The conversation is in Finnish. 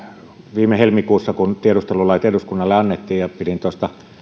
viime helmikuussa kun tiedustelulait eduskunnalle annettiin ja pidin tuosta